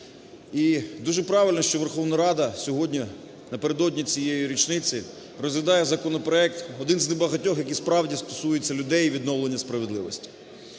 дуже правильно, що Верховна Рада сьогодні напередодні цієї річниці розглядає законопроект один з небагатьох, який справді стосується людей і відновлення справедливості.